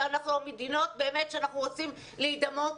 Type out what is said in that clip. מדינות אליהן אנחנו רוצים להידמות,